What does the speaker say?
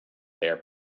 there